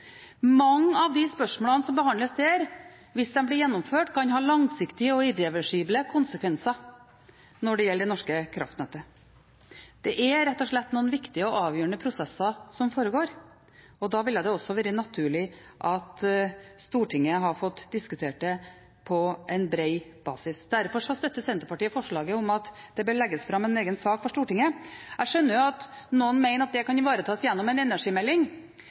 Mange av de spørsmålene som behandles der – hvis de blir gjennomført – kan ha langsiktige og irreversible konsekvenser når det gjelder det norske kraftnettet. Det er rett og slett noen viktige og avgjørende prosesser som foregår, og da ville det også vært naturlig at Stortinget fikk diskutere det på bred basis. Derfor støtter Senterpartiet forslaget om at det bør legges fram en egen sak for Stortinget. Jeg skjønner at noen mener at det kan ivaretas gjennom en energimelding.